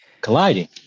Colliding